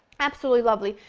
absolutely lovely.